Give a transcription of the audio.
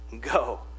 Go